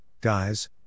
guys